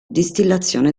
distillazione